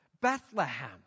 Bethlehem